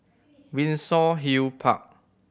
Windsor Hill Park